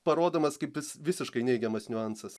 parodomas kaip jis visiškai neigiamas niuansas